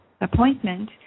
appointment